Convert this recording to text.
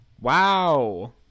wow